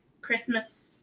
Christmas